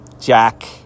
Jack